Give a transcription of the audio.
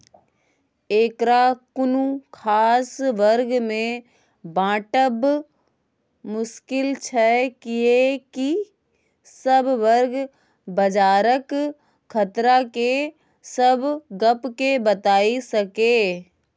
एकरा कुनु खास वर्ग में बाँटब मुश्किल छै कियेकी सब वर्ग बजारक खतरा के सब गप के बताई सकेए